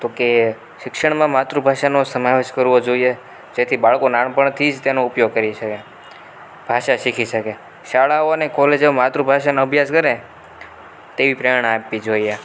તો કહે શિક્ષણમાં માતૃ ભાષાનો સમાવેશ કરવો જોઈએ જેથી બાળકો નાનપણથી જ તેનો ઉપયોગ કરી શકે ભાષા શીખી શકે શાળાઓ અને કોલેજોમાં માતૃભાષાનો અભ્યાસ કરે તેવી પ્રેરણા આપવી જોઈએ